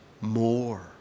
more